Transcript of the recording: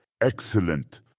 Excellent